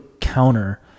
counter